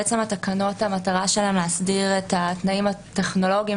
המטרה של התקנות היא להסדיר את התנאים הטכנולוגיים